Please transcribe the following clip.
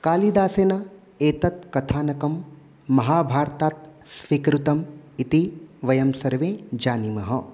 कालिदासेन एतत् कथानकं महाभारतात् स्वीकृतम् इति वयं सर्वे जानीमः